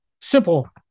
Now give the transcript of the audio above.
Simple